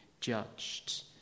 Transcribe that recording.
judged